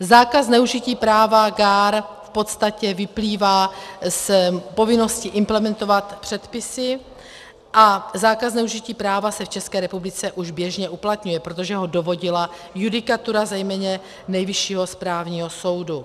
Zákaz zneužití práva GAAR v podstatě vyplývá z povinnosti implementovat předpisy a zákaz zneužití práva se v České republice už běžně uplatňuje, protože ho dovodila judikatura, zejména Nejvyššího správního soudu.